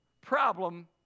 problem